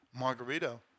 Margarito